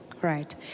right